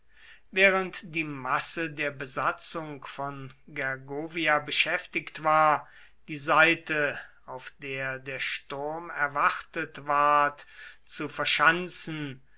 während die masse der besatzung von gergovia beschäftigt war die seite auf der der sturm erwartet ward zu verschanzen